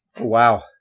Wow